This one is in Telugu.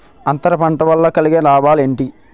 అంతర పంట వల్ల కలిగే లాభాలు ఏంటి